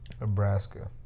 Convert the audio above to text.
Nebraska